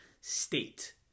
state